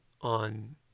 on